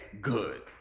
good